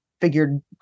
figured